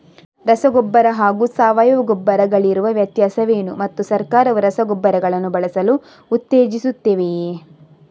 ರಸಗೊಬ್ಬರ ಹಾಗೂ ಸಾವಯವ ಗೊಬ್ಬರ ಗಳಿಗಿರುವ ವ್ಯತ್ಯಾಸವೇನು ಮತ್ತು ಸರ್ಕಾರವು ರಸಗೊಬ್ಬರಗಳನ್ನು ಬಳಸಲು ಉತ್ತೇಜಿಸುತ್ತೆವೆಯೇ?